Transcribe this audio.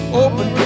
open